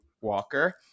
Walker